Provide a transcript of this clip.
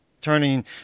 turning